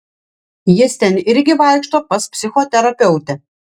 jis ten irgi vaikšto pas psichoterapeutę